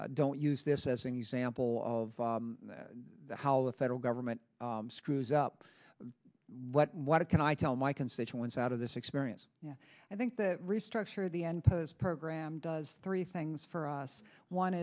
that don't use this as an example of how federal government screws up what what can i tell my constituents out of this experience i think that restructure the n pose program does three things for us one